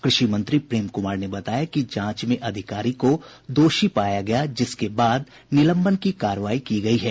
कृषि मंत्री प्रेम कुमार ने बताया कि जांच में अधिकारी को दोषी पाया गया जिसके बाद निलंबन की कार्रवाई की गयी है